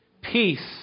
peace